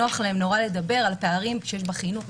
נוח להם מאוד לדבר על הפערים שיש בחינוך,